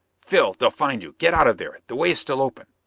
phil, they'll find you! get out of there the way is still open!